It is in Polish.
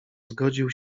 zgodził